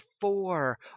four